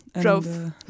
drove